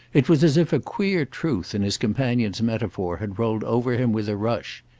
it was as if a queer truth in his companion's metaphor had rolled over him with a rush.